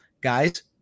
guys